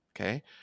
Okay